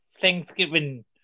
Thanksgiving